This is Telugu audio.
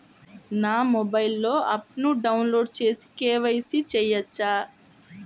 నా మొబైల్లో ఆప్ను డౌన్లోడ్ చేసి కే.వై.సి చేయచ్చా?